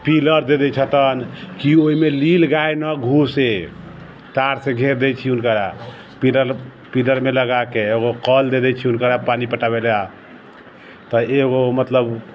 pillar दऽ दै छथिन कि ओहिमे नील गाइ नहि घुसै तारसँ घेर दै छी हुनकरा पिरल पिलरमे लगाके एगो कऽल दऽ दै छी हुनकरा पानि पटाबैलए तऽ एगो मतलब